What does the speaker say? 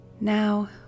Now